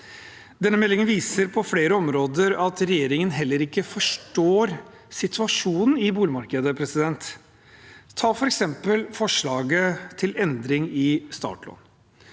Denne meldingen viser på flere områder at regjeringen heller ikke forstår situasjonen i boligmarkedet. Ta f.eks. forslaget til endring i startlån.